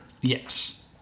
Yes